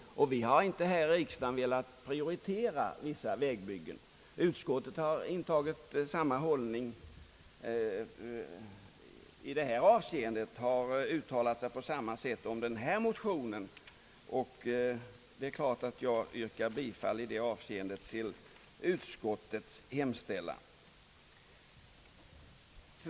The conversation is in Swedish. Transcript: Vi har inte velat prioritera vissa vägbyggen. Utskottet intar i år samma hållning som tidigare och uttalar sig därför på samma sätt om denna motion. Jag yrkar på denna punkt bifall till utskottets hemställan.